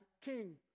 king